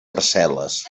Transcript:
parcel·les